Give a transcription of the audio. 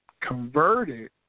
converted